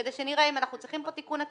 כדי שנראה אם אנחנו צריכים פה תיקון עקיף,